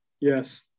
yes